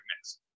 mix